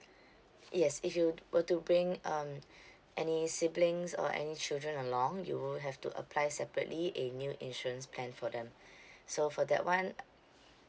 yes if you were to bring um any siblings or any children along you will have to apply separately a new insurance plan for them so for that one